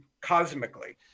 cosmically